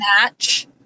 match